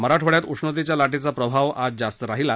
मराठवाड्यात उष्णतेच्या लाटेचा प्रभाव आज जास्त राहिला